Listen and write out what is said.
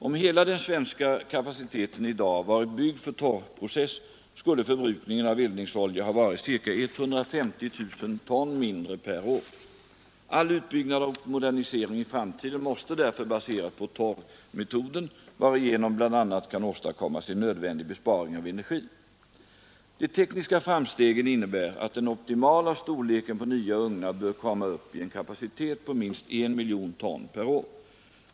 Om hela den svenska kapaciteten i dag varit byggd för torrprocess skulle förbrukningen av eldningsolja ha varit ca 150 000 ton mindre per år. All utbyggnad och modernisering i framtiden måste därför baseras på torrmetoden, varigenom man bl.a. kan åstadkomma en nödvändig besparing av energi. De tekniska framstegen innebär att den optimala storleken på nya ugnar bör komma upp i en kapacitet på minst 1 miljon ton per år.